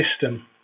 system